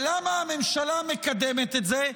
למה הממשלה מקדמת את זה?